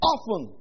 Often